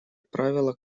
правило